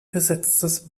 besetztes